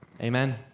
amen